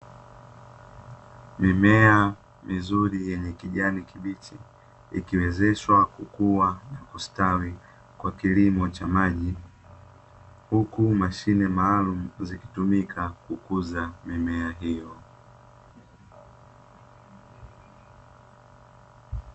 Mimea mizuri yenye kijani kibichi ikiwezeshwa kukuwa na kustawi kwa kilimo cha maji, huku mashine maalumu zikitumika kukuza mimea hiyo.